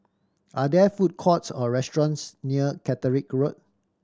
are there food courts or restaurants near Catterick Road